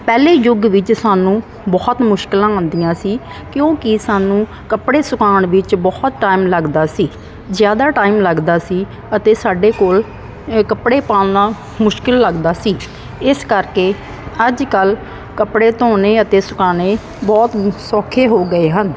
ਪਹਿਲੇ ਯੁੱਗ ਵਿੱਚ ਸਾਨੂੰ ਬਹੁਤ ਮੁਸ਼ਕਿਲਾਂ ਆਉਂਦੀਆਂ ਸੀ ਕਿਉਂਕਿ ਸਾਨੂੰ ਕੱਪੜੇ ਸੁਕਾਉਣ ਵਿੱਚ ਬਹੁਤ ਟਾਈਮ ਲੱਗਦਾ ਸੀ ਜ਼ਿਆਦਾ ਟਾਈਮ ਲੱਗਦਾ ਸੀ ਅਤੇ ਸਾਡੇ ਕੋਲ ਕੱਪੜੇ ਪਾਉਣਾ ਮੁਸ਼ਕਿਲ ਲੱਗਦਾ ਸੀ ਇਸ ਕਰਕੇ ਅੱਜ ਕੱਲ੍ਹ ਕੱਪੜੇ ਧੋਣੇ ਅਤੇ ਸੁਕਾਉਣੇ ਬਹੁਤ ਹੀ ਸੌਖੇ ਹੋ ਗਏ ਹਨ